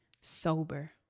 sober